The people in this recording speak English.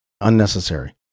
unnecessary